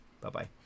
Bye-bye